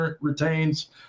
retains